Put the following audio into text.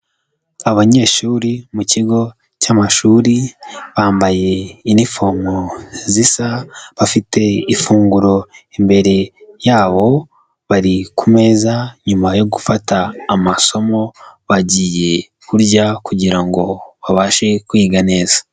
Abanyeshuri mu kigo cy'amashuri bambaye inifomo zisa, bafite ifunguro imbere yabo, bari ku meza nyuma yo gufata amasomo bagiye kurya kugira ngo babashe kwiga neza.